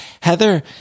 Heather